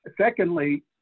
secondly